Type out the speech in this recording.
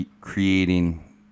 creating